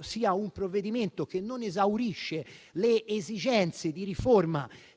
questo provvedimento non esaurisce le esigenze di riforma